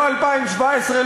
לא 2017,